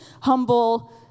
humble